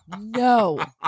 No